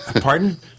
Pardon